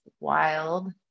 wild